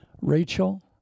Rachel